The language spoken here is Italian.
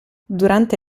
durante